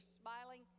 smiling